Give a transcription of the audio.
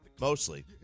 mostly